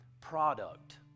product